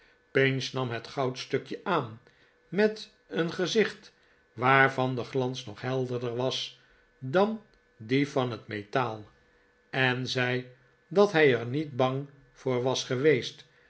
pinch nam het goudstukje aan met een gezicht waarvan de glans nog helderder was dan die van het metaal en zei dat hij er niet bang voor was geweest